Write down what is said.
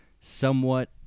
somewhat